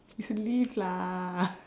it's a leaf lah